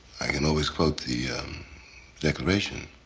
i can always quote the declaration.